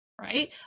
right